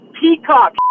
peacock